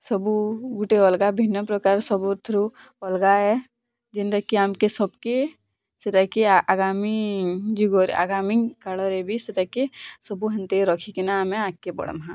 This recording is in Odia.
ସବୁ ଗୁଟେ ଅଲଗା ଭିନ୍ନ ପ୍ରକାର ସବୁଥିରୁ ଅଲଗା ଏ ଯିନ୍ ତେ କେ ଆମ୍କେ ସବ୍ କେ ସେଟା କି ଆଗାମୀ ଯୁଗରେ ଆଗାମୀ କାଳରେ ବି ସେଟାକେ ସବୁ ହେନ୍ତା ରଖି କିନା ଆମେ ଆଗ୍କେ ବଢ଼୍ମାଁ